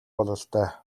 бололтой